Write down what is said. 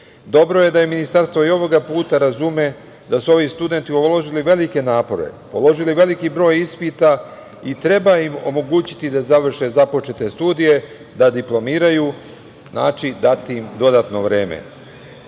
Dobro je da Ministarstvo i ovog puta razume da su ovi studenti uložili velike napore, položili veliki broj ispita i treba im omogućiti da završe započete studije, da diplomiraju, znači dati im dodatno vreme. Ako